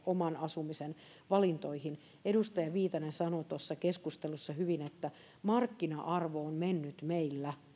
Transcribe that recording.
oman asumisen valintoihin edustaja viitanen sanoi tuossa keskustelussa hyvin että markkina arvo on mennyt meillä